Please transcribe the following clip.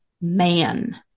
man